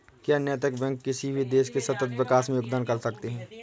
क्या नैतिक बैंक किसी भी देश के सतत विकास में योगदान कर सकते हैं?